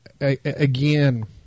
again